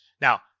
Now